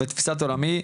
לתפיסת עולמי,